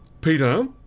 Peter